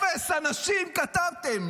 אפס אנשים כתבתם.